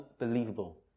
unbelievable